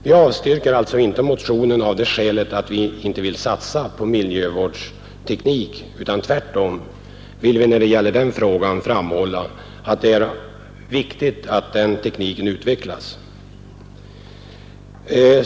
Vi avstyrker alltså inte motionen av det skälet att vi inte vill satsa på miljövårdsteknik, utan vi vill tvärtom framhålla att det är viktigt att den tekniken utvecklas.